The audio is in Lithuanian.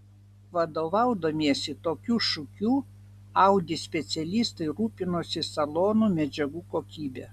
vadovaudamiesi tokiu šūkiu audi specialistai rūpinosi salono medžiagų kokybe